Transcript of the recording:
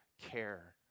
care